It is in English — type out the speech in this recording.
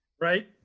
right